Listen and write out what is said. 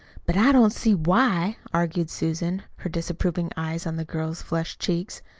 but i don't see why, argued susan, her disapproving eyes on the girl's flushed cheeks.